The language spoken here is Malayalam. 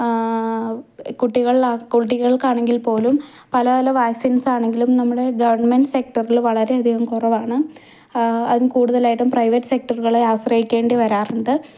കുട്ടികളി കുട്ടികൾക്കാണെങ്കിൽ പോലും പല പല വാക്സിന്സ് ആണെങ്കിലും നമ്മുടെ ഗവൺമെൻറ് സെക്ടറിൽ വളരെ അധികം കുറവാണ് അതും കൂടുതലായിട്ടും പ്രൈവറ്റ് സെക്ടറുകളെ ആശ്രയിക്കേണ്ടി വരാറുണ്ട്